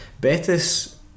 Betis